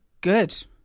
Good